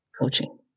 coaching